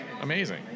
amazing